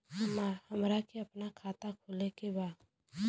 हमरा के अपना खाता खोले के बा?